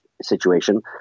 situation